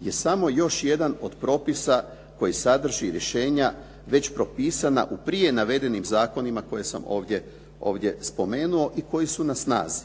je samo još jedan od propisa koji sadrži rješenja već propisana u prije navedenim zakonima koje sam ovdje spomenuo i koji su na snazi.